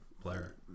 player